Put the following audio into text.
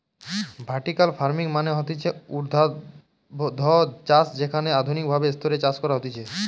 vertical farming মানে হতিছে ঊর্ধ্বাধ চাষ যেখানে আধুনিক ভাবে স্তরে চাষ করা হতিছে